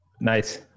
Nice